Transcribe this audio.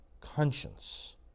conscience